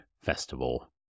festival